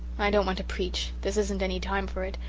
i don't want to preach this isn't any time for it.